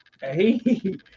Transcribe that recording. Hey